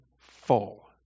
full